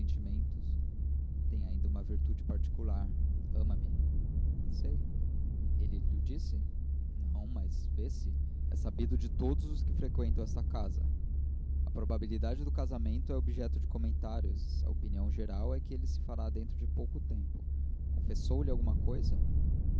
sentimentos tem ainda uma virtude particular ama-me sei ele lho disse não mas vê-se é sabido de todos os que freqüentam esta casa a probabilidade do casamento é objeto de comentários e a opinião geral é que ele se fará dentro de pouco tempo confessou-lhe alguma coisa